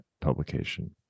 publication